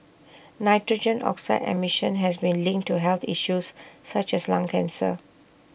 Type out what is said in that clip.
nitrogen oxide emission has been linked to health issues such as lung cancer